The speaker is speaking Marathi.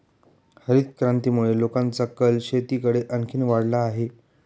हरितक्रांतीमुळे लोकांचा कल शेतीकडे आणखी वाढला आहे